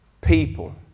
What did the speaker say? people